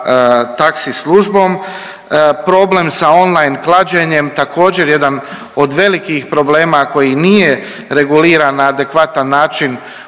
taxi službom. Problem sa on line klađenjem također jedan od velikih problema koji nije reguliran na adekvatan način